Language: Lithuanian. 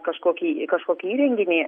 kažkokį kažkokį įrenginį